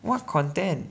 what content